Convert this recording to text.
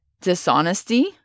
dishonesty